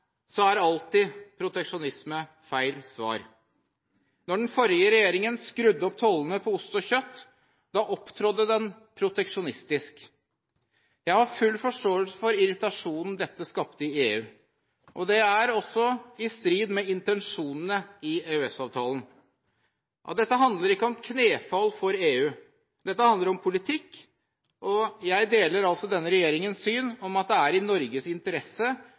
er alltid proteksjonisme feil svar. Når den forrige regjeringen skrudde opp tollen på ost og kjøtt, opptrådte den proteksjonistisk. Jeg har full forståelse for irritasjonen dette skapte i EU, og det er også i strid med intensjonene i EØS-avtalen. Dette handler ikke om knefall for EU, dette handler om politikk. Jeg deler altså denne regjeringens syn, at det er i Norges interesse